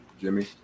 Jimmy